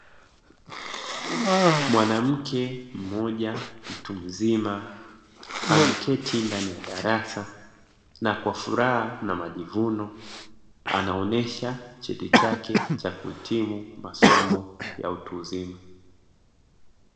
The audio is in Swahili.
Mwanamke mmoja mtu mzima, ameketi ndani ya darasa na kwa furaha na majivuno, anaonesha cheti chake cha kuhitimu masomo ya utu uzima.